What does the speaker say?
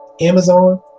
Amazon